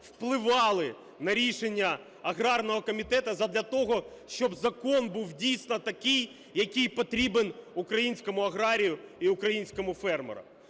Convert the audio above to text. впливали на рішення аграрного комітету задля того, щоб закон був, дійсно, такий, який потрібен українському аграрію і українському фермеру.